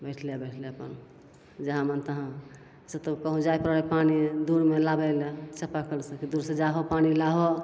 बैठले बैठले अपन जहाँ मोन तहाँसे तऽ कहूँ जाइ पड़ै पानी दूरमे लाबै ले चापाकलसे कि दूरसे जाहो पानी लाहो